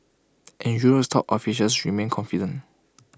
and Europe's top officials remain confident